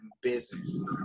business